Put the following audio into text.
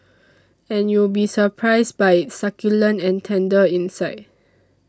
and you'll be surprised by its succulent and tender inside